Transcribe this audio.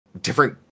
Different